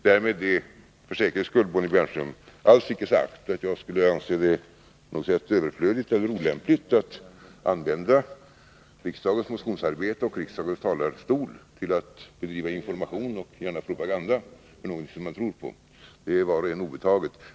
Därmed är — för säkerhets skull, Bonnie Bernström — alls icke sagt att jag skulle anse det vara på något sätt överflödigt eller olämpligt att använda riksdagens motionsarbete och riksdagens talarstol till att bedriva information om och gärna också propaganda för något som man tror på — det är var och en obetaget.